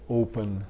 open